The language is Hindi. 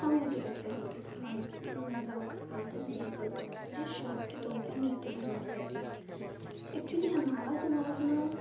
हाँ मुझे लगता है कि समाज उन महिलाओं का समर्थन नहीं करता जो शौक के तौर पर नृत्य करना चाहती हैं एक्चुअली हमारा समाज ना